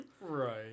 Right